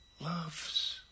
loves